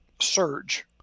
surge